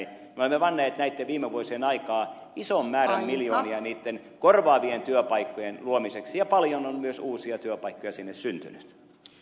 me olemme panneet näitten viime vuosien aikaan ison määrän miljoonia niitten korvaavien työpaikkojen luomiseksi ja paljon on myös uusia työpaikkoja sinne syntynyt